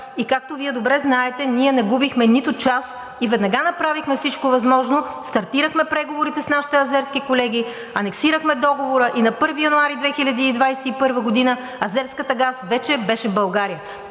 Както Вие добре знаете, ние не губихме нито час и веднага направихме всичко възможно, стартирахме преговорите с нашите азерски колеги, анексирахме договора и на 1 януари 2021 г. азерският газ вече беше в България.